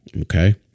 Okay